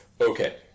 okay